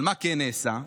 מה כן נעשה?